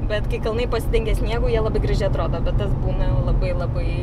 bet kai kalnai pasidengia sniegu jie labai gražiai atrodo bet tas būna labai labai